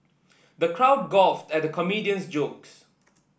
the crowd guffawed at the comedian's jokes